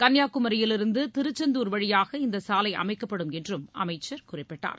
கன்னியாகுமரியிலிருந்து திருச்செந்தூர் வழியாக இந்த சாலை அமைக்கப்படும் என்றும் அமைச்சர் குறிப்பிட்டார்